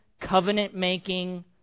covenant-making